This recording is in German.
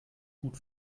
gut